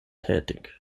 tätig